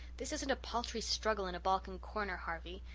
this isn't a paltry struggle in a balkan corner, harvey.